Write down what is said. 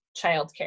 childcare